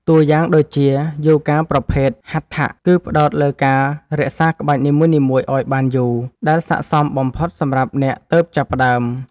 តួយ៉ាងដូចជា យូហ្គាប្រភេទ ហាត់ថៈ គឺផ្ដោតលើការរក្សាក្បាច់នីមួយៗឱ្យបានយូរ ដែលស័ក្តិសមបំផុតសម្រាប់អ្នកទើបចាប់ផ្ដើម។